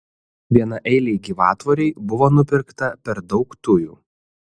vienaeilei gyvatvorei buvo nupirkta per daug tujų